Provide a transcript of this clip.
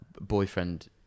boyfriend